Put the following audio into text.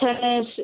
Tennis